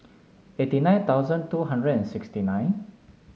eighty nine thousand two hundred and sixty nine